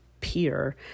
peer